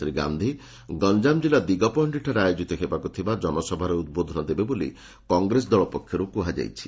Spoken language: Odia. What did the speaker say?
ଶ୍ରୀ ଗାଧୀ ଗଞ୍ଞାମ ଜିଲ୍ଲ ଦିଗପହଖିଠାରେ ଆୟୋଜିତ ହେବାକୁ ଥିବା ଜନସଭାରେ ଉଦ୍ବୋଧନ ଦେବେ ବୋଲି କଂଗ୍ରେସ ଦଳ ପକ୍ଷରୁ କୁହାଯାଇଛି